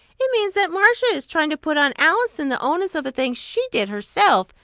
it means that marcia is trying to put on alison the onus of a thing she did herself,